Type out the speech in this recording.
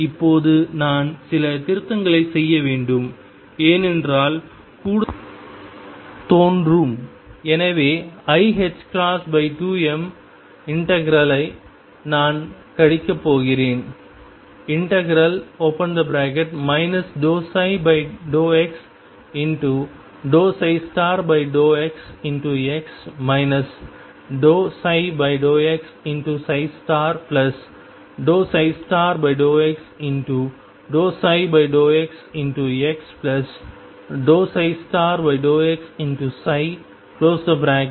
இப்போது நான் சில திருத்தங்களைச் செய்ய வேண்டும் ஏனென்றால் கூடுதல் நியதிகள் தோன்றும் எனவே iℏ2m∫ ஐ நான் கழிக்கப் போகிறேன் ∫ ∂ψ∂x∂xx ∂ψ∂x∂x∂ψ∂xx∂xdx